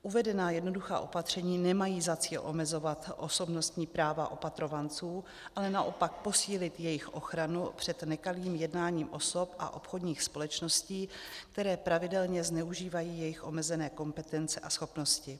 Uvedená jednoduchá opatření nemají za cíl omezovat osobnostní práva opatrovanců, ale naopak posílit jejich ochranu před nekalým jednáním osob a obchodních společností, které pravidelně zneužívají jejich omezené kompetence a schopnosti.